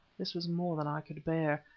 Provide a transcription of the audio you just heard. this was more than i could bear.